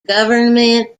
government